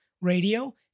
radio